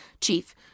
chief